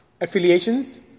affiliations